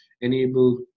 enable